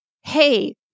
hey